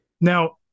Now